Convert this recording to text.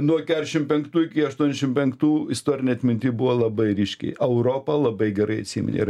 nuo keturiasdešimt penktų iki aštuoniasdešimt penktų istorinėj atminty buvo labai ryškiai europa labai gerai atsiminė ir